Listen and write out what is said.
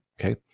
okay